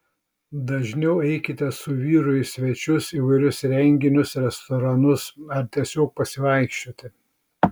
dažniau eikite su vyru į svečius įvairius renginius restoranus ar tiesiog pasivaikščioti